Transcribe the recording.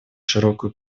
широкую